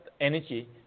energy